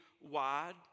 wide